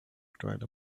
dried